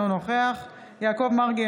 אינו נוכח יעקב מרגי,